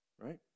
Right